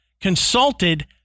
consulted